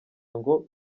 ngo